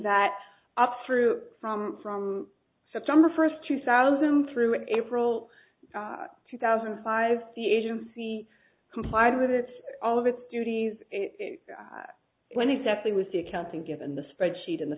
that up through from from september first two thousand through april two thousand and five the agency complied with it all of its duties when exactly was the accounting given the spreadsheet and the